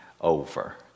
over